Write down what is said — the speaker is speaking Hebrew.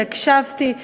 והקשבתי לדברים,